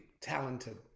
talented